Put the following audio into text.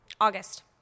August